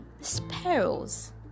sparrows